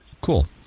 Cool